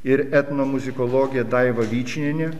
ir etnomuzikologė daiva vyčinienė